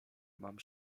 mam